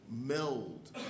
meld